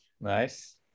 Nice